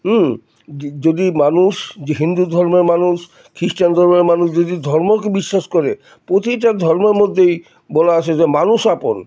হুম যদি মানুষ যে হিন্দু ধর্মের মানুষ খ্রিস্টান ধর্মের মানুষ যদি ধর্মকে বিশ্বাস করে প্রতিটা ধর্মের মধ্যেই বলা আছে যে মানুষ আপন